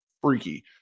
freaky